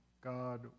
God